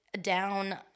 down